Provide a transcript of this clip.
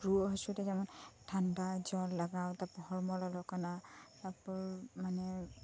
ᱨᱩᱣᱟᱹ ᱦᱟᱥᱩᱛᱮ ᱡᱮᱢᱚᱱ ᱴᱷᱟᱸᱰᱟ ᱡᱚᱨ ᱞᱟᱜᱟᱣ ᱛᱟ ᱯᱚᱨ ᱦᱚᱲᱦᱚ ᱞᱚᱞᱚ ᱠᱟᱱᱟ ᱛᱟᱯᱚᱨ ᱢᱟᱱᱮ